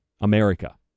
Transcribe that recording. America